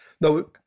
No